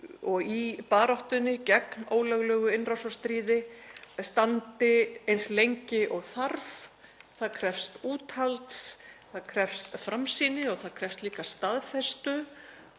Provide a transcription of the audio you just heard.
og í baráttunni gegn ólöglegu innrásarstríði standi eins lengi og þarf. Það krefst úthalds, það krefst framsýni og það krefst líka staðfestu